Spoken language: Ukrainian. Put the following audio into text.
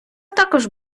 також